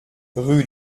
rue